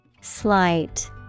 Slight